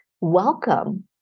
welcome